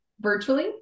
Virtually